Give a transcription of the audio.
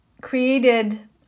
created